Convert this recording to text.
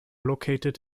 located